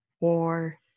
war